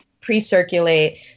pre-circulate